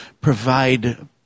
provide